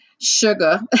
sugar